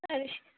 তাহলে স